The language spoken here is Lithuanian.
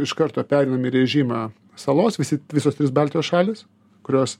iš karto pereinam į režimą salos visi visos trys baltijos šalys kurios